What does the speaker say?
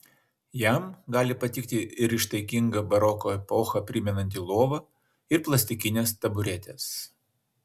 jam gali patikti ir ištaiginga baroko epochą primenanti lova ir plastikinės taburetės